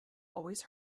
always